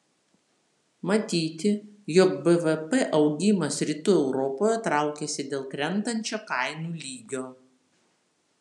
matyti jog bvp augimas rytų europoje traukiasi dėl krentančio kainų lygio